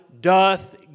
doth